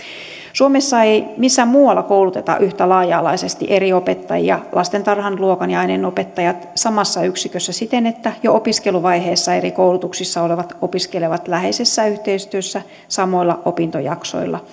suomessa ei missään muualla kouluteta yhtä laaja alaisesti eri opettajia lastentar han luokan ja aineenopettajat samassa yksikössä siten että jo opiskeluvaiheessa eri koulutuksissa olevat opiskelevat läheisessä yhteistyössä samoilla opintojaksoilla